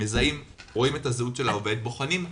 רואים את הזהות של העובד ובוחנים.